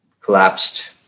collapsed